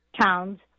towns